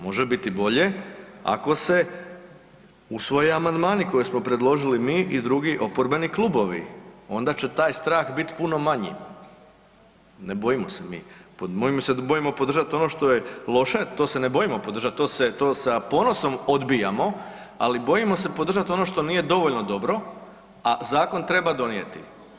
Može biti bolje ako se usvoje amandmani koje smo predložili mi i drugi oporbeni klubovi, onda će taj strah bit puno manji, ne bojim se mi, mi se bojimo podržati ono što je loše a to se ne bojimo podržati, to sa ponosom odbijamo, ali bojimo se podržati ono što nije dovoljno dobro, a zakon treba donijeti.